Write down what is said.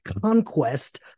conquest